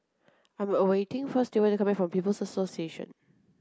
I'm a waiting for Stewart to come back from People's Association